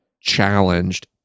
challenged